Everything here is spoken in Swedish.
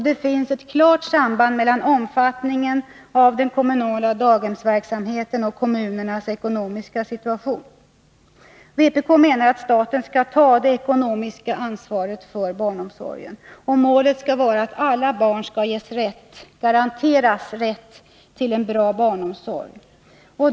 Det finns ett klart samband mellan omfattningen av den kommunala daghemsverksamheten och kommunernas ekonomiska situation. Vpk menar att staten skall ta det ekonomiska ansvaret för barnomsorgen. Målet skall vara att alla barn skall garanteras rätt till en bra barnomsorg.